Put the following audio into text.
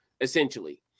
essentially